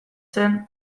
zen